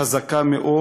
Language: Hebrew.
חזקה מאוד.